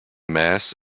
mass